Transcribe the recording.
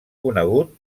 conegut